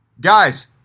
Guys